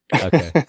okay